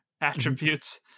attributes